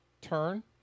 turn